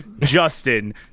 Justin